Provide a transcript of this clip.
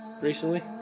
recently